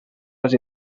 les